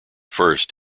first